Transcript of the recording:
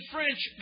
French